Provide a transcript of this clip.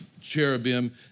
cherubim